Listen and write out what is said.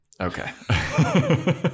okay